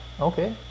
Okay